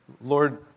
Lord